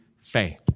faith